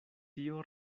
tio